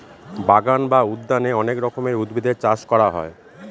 বাগান বা উদ্যানে অনেক রকমের উদ্ভিদের চাষ করা হয়